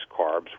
carbs